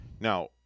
Now